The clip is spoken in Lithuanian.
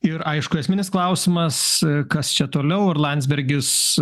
ir aišku esminis klausimas kas čia toliau ar landsbergis